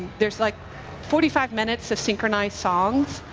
there's like forty five minutes of synchronized songs.